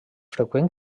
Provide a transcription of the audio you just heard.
freqüent